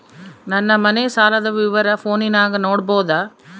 ನನ್ನ ಮನೆ ಸಾಲದ ವಿವರ ಫೋನಿನಾಗ ನೋಡಬೊದ?